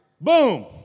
boom